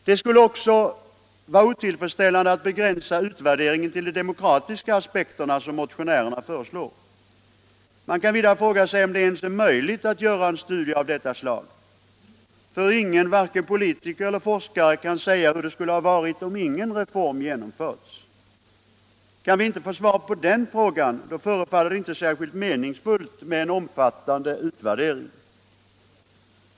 Det skulle också vara otillfredsställande att begränsa utvärderingen till de demokratiska aspekterna, som motionärerna föreslår. Man kan vidare fråga sig om det ens är möjligt att göra en studie av detta slag. Varken politiker eller forskare kan säga hur det skulle ha varit om ingen reform genomförts. Kan vi inte få svar på den frågan, så förefaller det inte särskilt meningsfullt med en omfattande utvärdering.